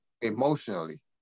emotionally